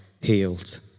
healed